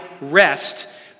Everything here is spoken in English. rest